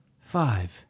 Five